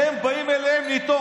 שהם באים אליהם מתוך,